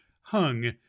hung